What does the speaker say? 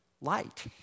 light